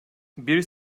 bir